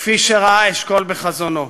כפי שראה אשכול בחזונו.